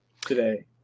today